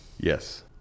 Yes